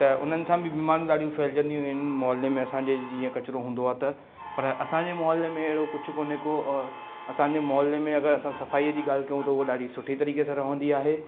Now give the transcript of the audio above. त उन्हनि सां बि बीमारियूं ॾाढियूं फैलिजंदियूं आहिनि मुहले में असांजे जीअं किचरो हूंदो आहे त पर असांजे मुहले में अहिड़ो कुझु कोने को असांजे मुहलो में अगरि असां सफ़ाईअ जी ॻाल्हि कयूं त उहे ॾाढी सुठी तरीक़े सां रहंदी आहे